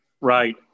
Right